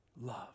love